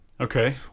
Okay